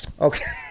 okay